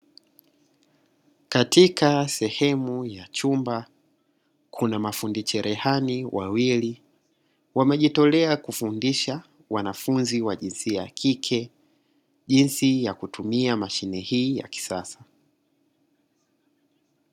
Katika sehemu ya chumba kuna mafundi cherehani wawili wamejitolea kufundisha wanafunzi wa jinsia ya kike jinsi ya kutumia mashine hii ya kisasa.